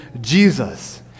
Jesus